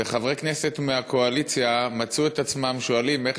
וחברי הכנסת מהקואליציה מצאו את עצמם שואלים איך